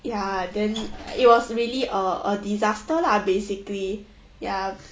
ya then it was really a a disaster lah basically ya